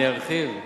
אני ארחיב.